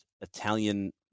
Italian